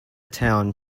town